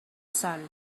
sun